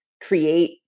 create